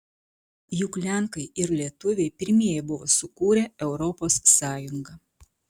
juk lenkai ir lietuviai pirmieji buvo sukūrę europos sąjungą